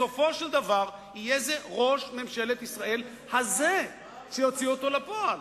בסופו של דבר ראש ממשלת ישראל הזה יהיה זה שיוציא אותו לפועל.